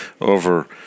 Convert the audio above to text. over